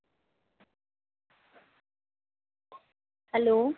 hello